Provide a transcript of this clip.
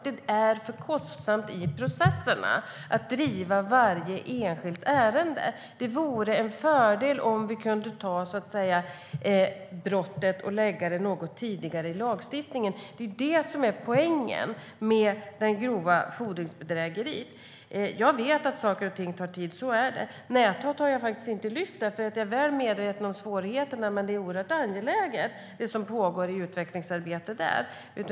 Det är för kostsamt i processerna att driva varje enskilt ärende. Det vore en fördel om vi så att säga kunde ta brottet och lägga det något tidigare i lagstiftningen. Det är poängen med grovt fordringsbedrägeri. Jag vet att saker och ting tar tid. Så är det. Näthat har jag inte lyft fram eftersom jag är väl medveten om svårigheterna. Men det utvecklingsarbete som pågår är oerhört angeläget.